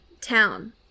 Town